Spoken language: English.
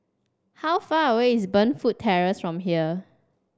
how far away is Burnfoot Terrace from here